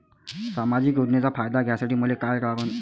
सामाजिक योजनेचा फायदा घ्यासाठी मले काय लागन?